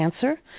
cancer